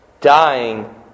Dying